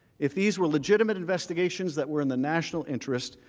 if these were legitimate investigations that were in the national interest,